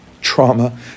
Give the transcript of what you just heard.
trauma